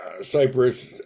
Cyprus